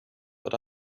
but